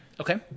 Okay